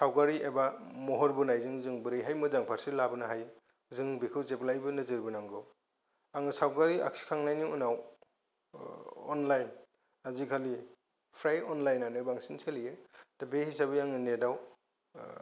सावगारि एबा महर बोनायजों जों बोरैहाय मोजां फारसे लाबोनो हायो जों बेखौ जेब्लायबो नोजोर बोनांगौ आं सावगारि आखिखांनायनि उनाव अनलाइन आजिखालि फ्राय अनलाइनानो बांसिन सोलियो दा बे हिसाबै आं नेटाव